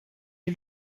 est